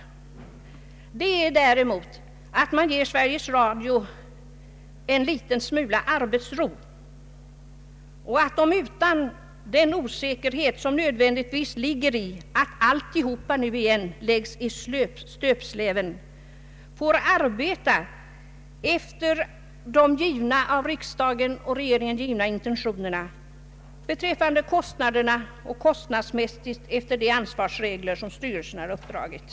Viktigt är däremot att man ger Sveriges Radio en liten smula arbetsro och att man där utan den osäkerhet som nödvändigtvis ligger i att alltihop igen läggs i stöpsleven får arbeta efter de av riksdagen och regeringen givna riktlinjerna beträffande kostnaderna och efter de ansvarsregler som styrelsen uppdragit.